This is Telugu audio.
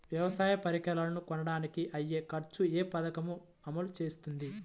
వ్యవసాయ పరికరాలను కొనడానికి అయ్యే ఖర్చు ఏ పదకము అమలు చేస్తుంది?